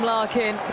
Larkin